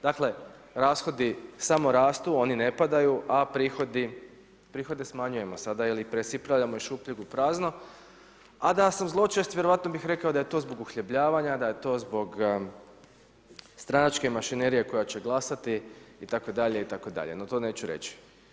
Dakle rashodi samo rastu, oni ne padaju a prihode smanjujemo sada ili presipavamo iz šupljeg u prazno a da sam zločest, vjerovatno bih rekao da je to zbog uhljebljavanja, da je to zbog stranačke mašinerija koja će glasati, itd., itd. no to neću reći.